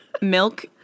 milk